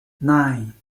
nine